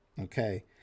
okay